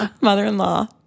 Mother-in-law